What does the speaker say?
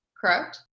correct